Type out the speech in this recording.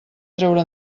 traure